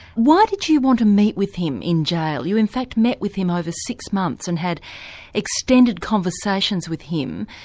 why did you want to meet with him in jail, you in fact met with him over six months and had extended conversations with him.